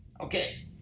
Okay